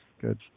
Good